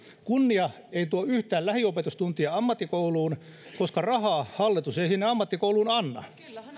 kunnia ei tuo yhtään lähiopetustuntia ammattikouluun koska rahaa hallitus ei sinne ammattikouluun anna